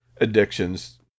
addictions